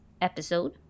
episode